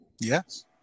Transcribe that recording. yes